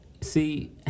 see